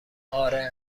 آره